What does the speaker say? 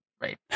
Right